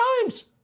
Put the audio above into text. times